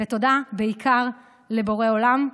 תודה בעיקר לבורא עולם.